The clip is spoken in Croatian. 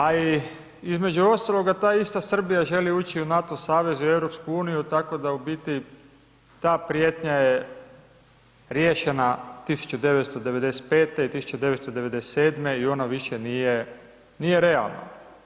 A i između ostaloga, ta ista Srbija želi ući u NATO savez i u EU, tako da u biti ta prijetnja je riješena 1995. i 1997. i ona više nije realna.